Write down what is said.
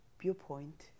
Viewpoint